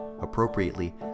Appropriately